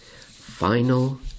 Final